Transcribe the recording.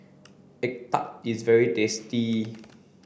egg tart is very tasty